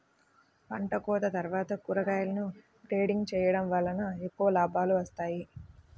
పంటకోత తర్వాత కూరగాయలను గ్రేడింగ్ చేయడం వలన ఎక్కువ లాభాలు వస్తాయి